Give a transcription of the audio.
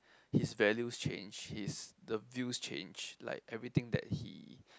his values change his the views change like everything that he